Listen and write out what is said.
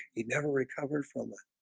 he never recovered from her